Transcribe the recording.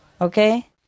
okay